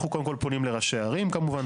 אנחנו קודם כל פונים לראשי הערים כמובן,